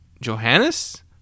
Johannes